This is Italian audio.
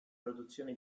produzione